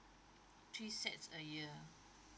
three sets a year